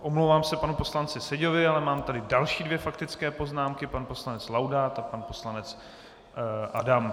Omlouvám se panu poslanci Seďovi, ale mám tady další dvě faktické poznámky pan poslanec Laudát a pan poslanec Adam.